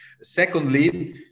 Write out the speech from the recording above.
secondly